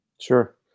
Sure